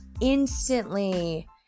instantly